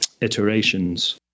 iterations